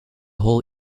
whole